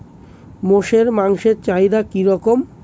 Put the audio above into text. মোষের মাংসের চাহিদা কি রকম?